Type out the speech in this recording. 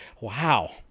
Wow